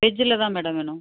வெஜ்ல தான் மேடம் வேணும்